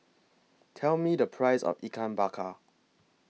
Tell Me The Price of Ikan Bakar